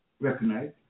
recognize